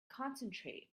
concentrate